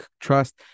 trust